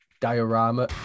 diorama